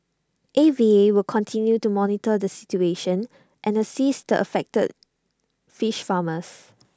A V A will continue to monitor the situation and assist the affected fish farmers